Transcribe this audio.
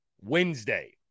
Wednesday